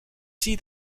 see